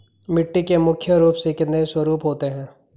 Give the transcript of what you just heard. मिट्टी के मुख्य रूप से कितने स्वरूप होते हैं?